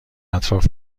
اطراف